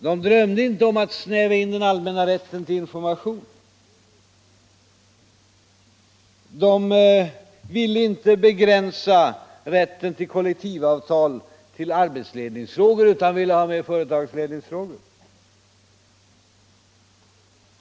De drömde inte om att snäva in den allmänna rätten till information, de ville inte begränsa rätten till kollektivavtal till arbetsledningsfrågor utan ville ha med företagsledningsfrågor.